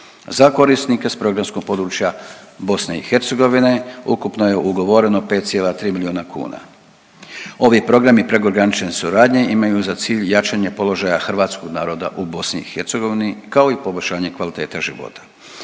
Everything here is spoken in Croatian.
Za korisnike s programskog područja BiH ukupno je ugovoreno 5,3 milijuna kuna. Ovi programi prekogranične suradnje imaju za cilj jačanje položaja hrvatskog naroda u BiH kao i poboljšanje kvalitete života.